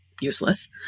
useless